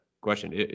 question